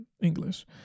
English